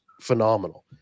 phenomenal